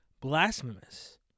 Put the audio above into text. Blasphemous